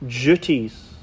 duties